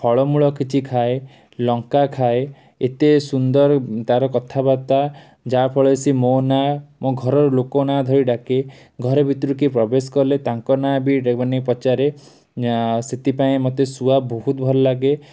ଫଳମୂଳ କିଛି ଖାଏ ଲଙ୍କା ଖାଏ ଏତେ ସୁନ୍ଦର ତାର କଥାବାର୍ତ୍ତା ଯାହାଫଳରେ ସେ ମୋ ନାଁ ମୋ ଘରର ଲୋକ ନାଁ ଧରି ଡାକେ ଘର ଭିତରୁ କିଏ ପ୍ରବେଶ କଲେ ତାଙ୍କ ନାଁ ବି ପଚାରେ ଅଁ ଆ ସେଥିପାଇଁ ମୋତେ ଶୁଆ ବହୁତ ଭଲ ଲାଗେ